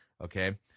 Okay